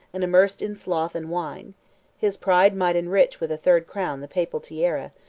and immersed in sloth and wine his pride might enrich with a third crown the papal tiara,